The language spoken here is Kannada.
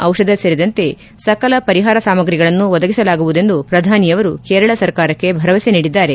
ದಿಷಧ ಸೇರಿದಂತೆ ಸಕಲ ಪರಿಹಾರ ಸಾಮಗ್ರಿಗಳನ್ನು ಒದಗಿಸಲಾಗುವುದೆಂದು ಪ್ರಧಾನಿ ಅವರು ಕೇರಳ ಸರ್ಕಾರಕ್ಕೆ ಭರವಸೆ ನೀಡಿದ್ದಾರೆ